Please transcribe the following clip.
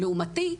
לעומתי,